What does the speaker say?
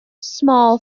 small